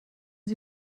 sie